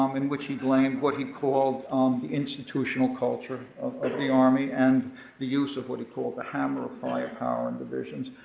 um in which he blamed what he called the institutional culture of but the army and the use of what he called the hammer of firepower and divisions?